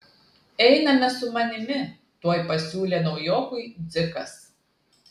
einame su manimi tuoj pasiūlė naujokui dzikas